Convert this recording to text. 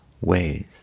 ways